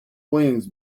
wings